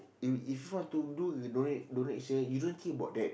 if if you want to do the donate donation you don't think about that